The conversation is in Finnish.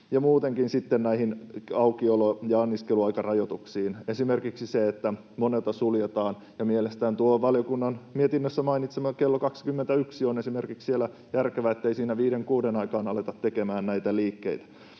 ja muutenkin sitten näihin aukiolo‑ ja anniskeluaikarajoituksiin esimerkiksi se, että monelta suljetaan — ja mielestäni tuo valiokunnan mietinnössä mainitsema kello 21 on esimerkiksi siellä järkevä, ettei siinä viiden kuuden aikaan aleta tekemään näitä liikkeitä.